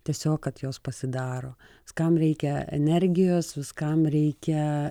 tiesiog kad jos pasidaro viskam reikia energijos viskam reikia